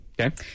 okay